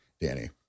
Danny